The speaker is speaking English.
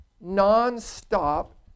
non-stop